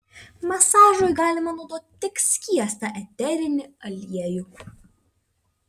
masažui galima naudoti tik skiestą eterinį aliejų